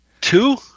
two –